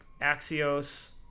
Axios